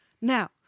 Now